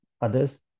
others